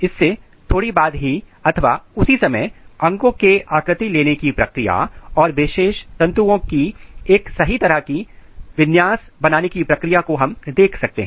इसके थोड़ी बाद ही अथवा उसी समय आप अंगों के आकृति लेने की प्रक्रिया और विशेष तंतुओं की एक सही तरह की विन्यास बनाने को देख सकते हैं